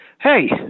hey